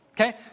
Okay